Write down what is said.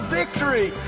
victory